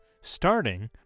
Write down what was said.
starting